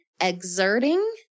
exerting